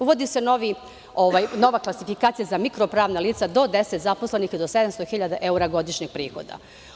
Uvodi se nova klasifikacija za mikro pravna lica do 10 zaposlenih do 700.000 evra godišnjeg prihoda.